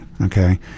okay